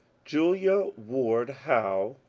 julia ward howe,